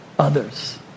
others